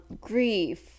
grief